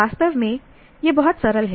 वास्तव में यह बहुत सरल है